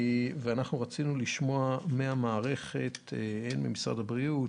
ורצינו לשמוע מהמערכת ממשרד הבריאות,